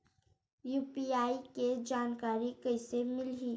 UPI के जानकारी कइसे मिलही?